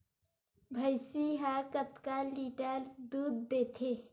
भंइसी हा कतका लीटर दूध देथे?